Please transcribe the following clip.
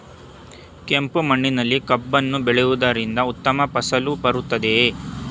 ಕೆಂಪು ಮಣ್ಣಿನಲ್ಲಿ ಕಬ್ಬನ್ನು ಬೆಳೆಯವುದರಿಂದ ಉತ್ತಮ ಫಸಲು ಬರುತ್ತದೆಯೇ?